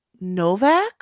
Novak